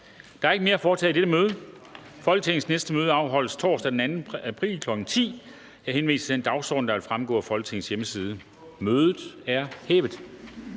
Der er ikke mere at foretage i dette møde. Folketingets næste møde afholdes torsdag den 2. april 2020, kl. 10.00. Jeg henviser til den dagsorden, der vil fremgå af Folketingets hjemmeside. Mødet er hævet.